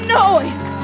noise